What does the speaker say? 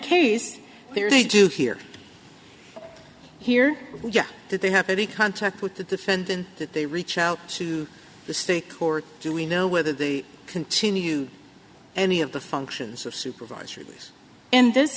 case there they do here here that they have any contact with the defendant that they reach out to the stake or do we know whether they continue any of the functions of supervisors in this